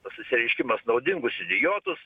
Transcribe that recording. pasireiškimas naudingus idiotus